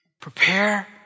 Prepare